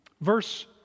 verse